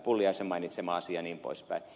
pulliaisen mainitsema asia jnp